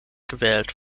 gewählt